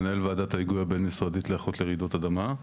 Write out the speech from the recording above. מנהל ועדת ההיגוי הבין-משרדית להיערכות לרעידות אדמה.